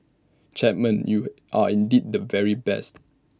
Chapman you are indeed the very best